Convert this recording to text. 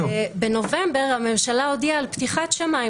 בנובמבר הממשלה הודיעה על פתיחת שמיים